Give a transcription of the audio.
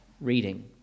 reading